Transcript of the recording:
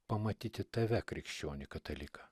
pamatyti tave krikščionį kataliką